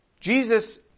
Jesus